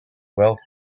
wealth